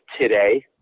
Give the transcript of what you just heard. today